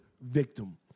victim